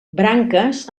branques